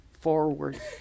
forward